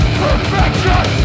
perfection